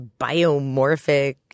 biomorphic